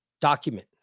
document